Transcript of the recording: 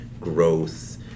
growth